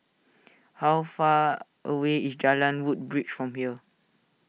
how far away is Jalan Woodbridge from here